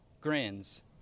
grins